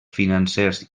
financers